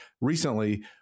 recently